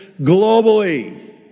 globally